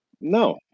No